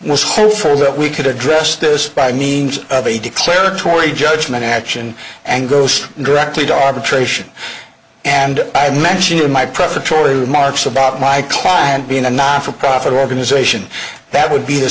was hopeful that we could address this by means of a declaratory judgment action and goes directly to arbitration and i mentioned in my present tory remarks about my client being a not for profit organization that would be th